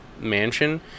mansion